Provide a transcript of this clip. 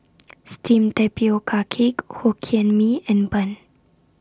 Steamed Tapioca Cake Hokkien Mee and Bun